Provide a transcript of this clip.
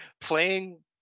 playing